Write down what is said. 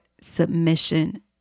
submission